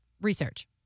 research